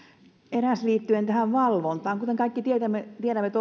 eräs liittyen valvontaan kuten kaikki tiedämme